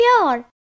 pure